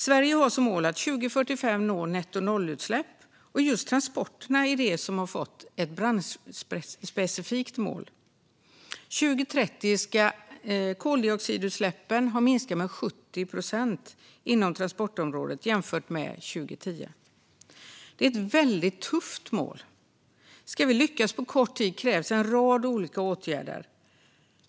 Sverige har som mål att 2045 nå nettonollutsläpp, och just transporterna har fått ett branschspecifikt mål. År 2030 ska koldioxidutsläppen ha minskat med 70 procent inom transportområdet jämfört med 2010. Det är ett väldigt tufft mål. Ska vi lyckas på så kort tid krävs en rad olika åtgärder.